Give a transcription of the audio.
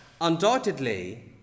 undoubtedly